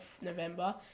November